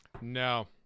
No